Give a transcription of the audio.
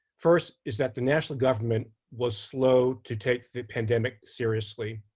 first is that the national government was slow to take the pandemic seriously.